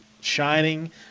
shining